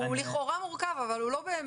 הוא לכאורה מורכב, אבל הוא לא באמת.